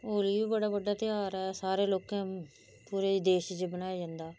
होली बी बडा बड्डा त्योहार है सारे लोकें पूरे देश च मनाया जंदा ं